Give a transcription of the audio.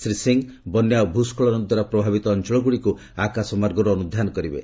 ଶ୍ରୀ ସିଂ ବନ୍ୟା ଓ ଭ୍ରସ୍କଳନ ଦ୍ୱାରା ପ୍ରଭାବିତ ଅଞ୍ଚଳଗୁଡ଼ିକୁ ଆକାଶମାର୍ଗ ଅନୁଧ୍ୟାନ କରିବେ